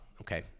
okay